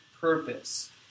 purpose